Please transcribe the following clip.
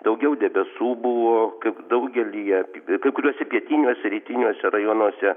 daugiau debesų buvo kaip daugelyje kai kuriuose pietiniuose rytiniuose rajonuose